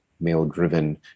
male-driven